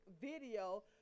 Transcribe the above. video